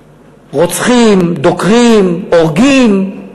רוצחים, דוקרים, הורגים,